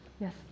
Yes